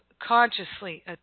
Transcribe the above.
consciously